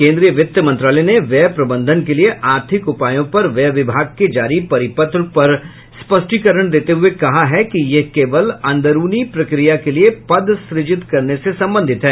केंद्रीय वित्त मंत्रालय ने व्यय प्रबंधन के लिए आर्थिक उपायों पर व्यय विभाग के जारी परिपत्र पर स्पष्टीकरण देते हुए कहा है कि यह केवल अंदरूनी प्रक्रिया के लिए पद सर्जित करने से संबंधित है